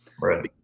Right